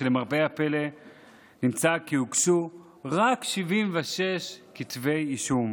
למרבה הפלא נמצא כי הוגשו רק 76 כתבי אישום.